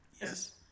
yes